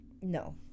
no